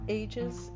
ages